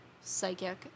psychic